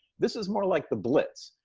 this is more like the blitz,